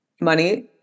Money